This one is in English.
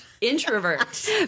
Introvert